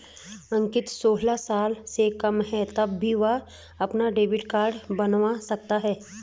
अंकित सोलह साल से कम है तब भी वह अपना डेबिट कार्ड बनवा सकता है